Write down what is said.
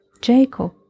Jacob